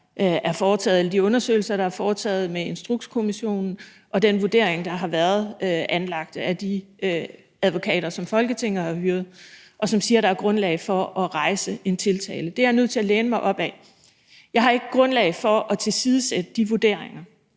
de undersøgelser, der er foretaget af Instrukskommissionen, og den vurdering, der har været anlagt af de advokater, som Folketinget har hyret, og som siger, at der er grundlag for at rejse en tiltale. Det er jeg nødt til at læne mig op ad. Jeg har ikke grundlag for at tilsidesætte de vurderinger.